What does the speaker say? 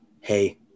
hey